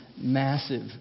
massive